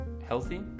healthy